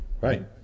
Right